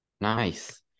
Nice